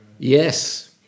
Yes